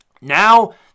now